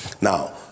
Now